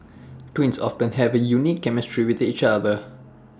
twins often have A unique chemistry with each other